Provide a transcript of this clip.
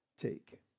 take